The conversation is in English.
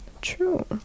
true